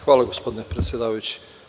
Hvala gospodine predsedavajući.